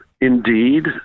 Indeed